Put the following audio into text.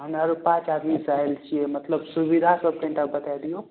हमे आरु पाँच आदमी चाहैलए छियै मतलब सुबिधासब कनिटा बताय दियौ